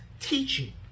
teaching